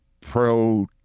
Pro